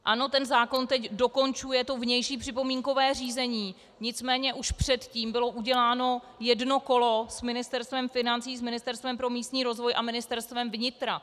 Ano, ten zákon teď dokončuje vnější připomínkové řízení, nicméně už předtím bylo uděláno jedno kolo s Ministerstvem financí, s Ministerstvem pro místní rozvoj a Ministerstvem vnitra.